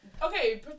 Okay